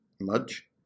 Mudge